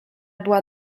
była